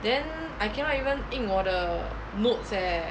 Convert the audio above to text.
then I cannot even 印我的 notes eh